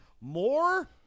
More